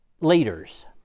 leaders